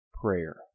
prayer